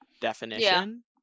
definition